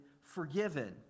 forgiven